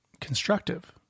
constructive